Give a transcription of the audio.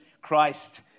Christ